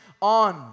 on